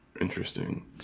Interesting